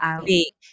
speak